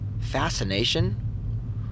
fascination